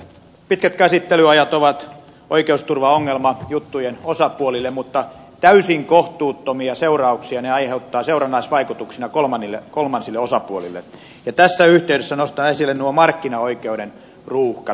pitkät käsittelyajat ovat oikeusturvaongelma juttujen osapuolille mutta täysin kohtuuttomia seurannaisvaikutuksia ne aiheuttavat kolmansille osapuolille ja tässä yhteydessä nostan esille nuo markkinaoikeuden ruuhkat